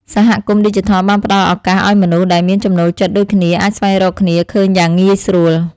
សហគមន៍ឌីជីថលបានផ្ដល់ឱកាសឱ្យមនុស្សដែលមានចំណូលចិត្តដូចគ្នាអាចស្វែងរកគ្នាឃើញយ៉ាងងាយស្រួល។